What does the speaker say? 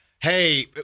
hey